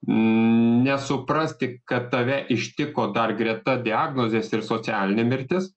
nesuprasti kad tave ištiko dar greta diagnozės ir socialinė mirtis